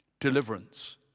deliverance